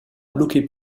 bloquer